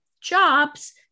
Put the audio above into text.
jobs